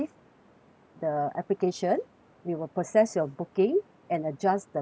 the application we will process your booking and adjust the pricing